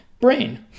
brain